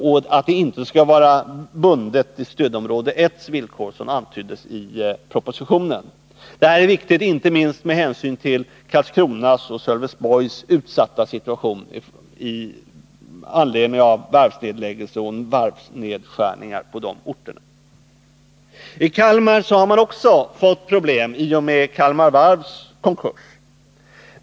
En insats av den här typen skall inte behöva vara bunden till stödområde 1:s villkor, vilket antyddes i propositionen. Detta är viktigt inte minst med hänsyn till Karlskronas och Sölvesborgs utsatta situation i anledning av varvsnedläggelse och varvsnedskärningar på de orterna. I Kalmar har man också fått problem i och med Kalmar Varvs konkurs.